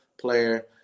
player